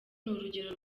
urugero